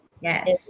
Yes